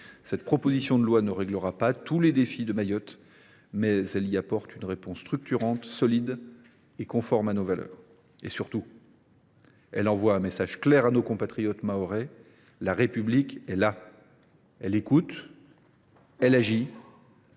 texte ne permettra pas de relever tous les défis de Mayotte, mais il apporte une réponse structurante, solide et conforme à nos valeurs. Surtout, il envoie un message clair à nos compatriotes mahorais : la République est là ; elle écoute ; elle agit